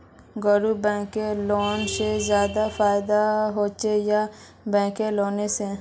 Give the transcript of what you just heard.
गैर banking loan से ज्यादा फायदा होचे या बैंकिंग लोन से?